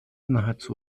nahezu